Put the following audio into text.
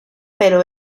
pero